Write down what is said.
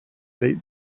state